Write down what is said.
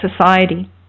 society